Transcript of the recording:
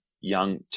young